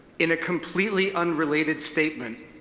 in a completely unrelated statement,